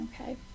okay